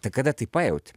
tai kada tai pajauti